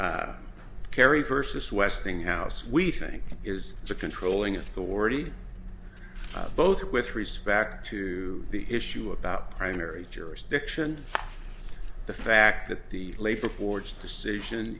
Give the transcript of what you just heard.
kerry versus westinghouse we think is the controlling authority both with respect to the issue about primary jurisdiction the fact that the labor force decision